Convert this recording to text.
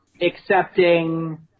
accepting